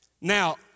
Now